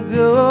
go